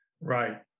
Right